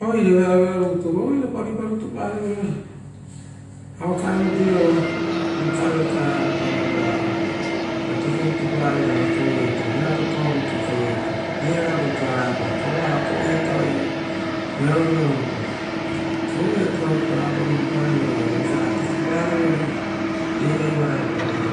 Oire vearovira rutu roirapa ruiparutupara veira auekare rutu iava roira vokareo okarea epao vo vegoaro ave koaeto. Vearo toa rutu koueto, reiara rutu kovoa ra oaepa koueto ia. Koueto rapa ruipaparaveira vosia ra tokiparivere. rei raivaro epao roira